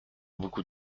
beaucoup